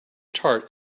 tart